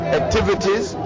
activities